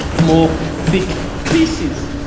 more. thick. pieces!